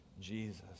Jesus